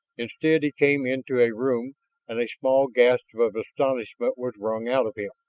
instead, he came into a room and a small gasp of astonishment was wrung out of him.